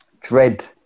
dread